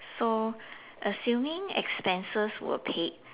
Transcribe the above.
so assuming expenses were paid